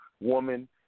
woman